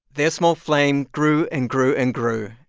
their small flame grew and grew and grew.